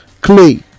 clay